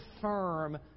firm